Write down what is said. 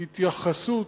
התייחסות,